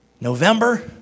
November